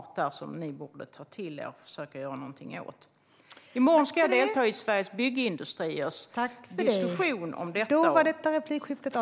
Det är något som ni borde ta till er och försöka göra någonting åt. I morgon ska jag delta i Sveriges Byggindustriers diskussion om detta.